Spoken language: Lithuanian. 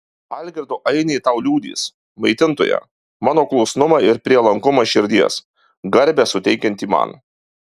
algirdo ainiai tau liudys maitintoja mano klusnumą ir prielankumą širdies garbę suteikiantį man